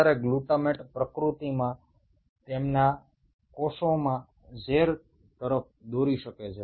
কারণ গ্লুটামেটের পরিমাণ সামান্য বেশি হলে তা কোষের মধ্যে টক্সিসিটির সৃষ্টি করতে পারে